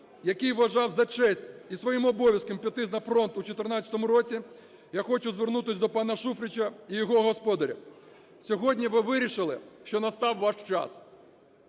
який вважав за честь і своїм обов'язком піти на фронт у 14-му році, я хочу звернутися до пана Шуфрича і його господарів: сьогодні ви вирішили, що настав ваш час,